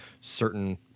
certain